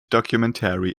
documentary